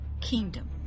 kingdom